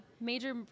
major